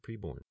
preborn